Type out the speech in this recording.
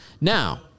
Now